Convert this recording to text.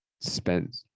spent